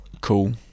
cool